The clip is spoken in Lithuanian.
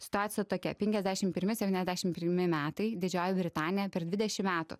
situacija tokia penkiasdešim pirmi septyniasdešim pirmi metai didžioji britanija per dvidešim metų